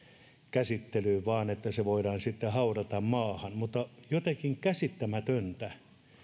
käsittelyyn vaan se voidaan sitten mutta on jotenkin käsittämätöntä